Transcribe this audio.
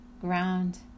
ground